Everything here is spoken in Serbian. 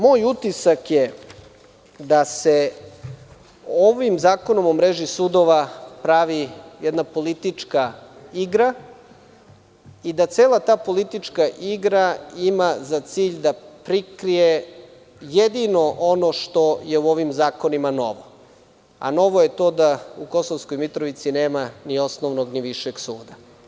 Moj utisak je da se ovim Zakonom o mreži sudova pravi jedna politička igra i da cela ta politička igra ima za cilj da prikrije jedino ono što je u ovim zakonima novo, a novo je to da u Kosovskoj Mitrovici nema ni osnovnog ni višeg suda.